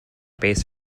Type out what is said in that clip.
based